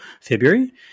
February